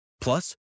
Plus